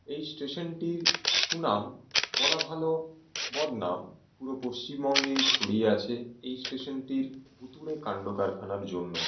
এই স্টেশনটির সুনাম বলা ভালো বদনাম পুরো পশ্চিমবঙ্গেই ছড়িয়ে আছে এই স্টেশনটির ভূতুড়ে কাণ্ডকারখানার জন্য